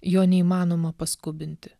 jo neįmanoma paskubinti